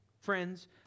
friends